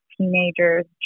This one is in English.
teenagers